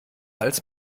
als